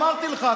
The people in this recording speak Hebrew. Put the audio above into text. אמרתי לך,